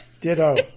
Ditto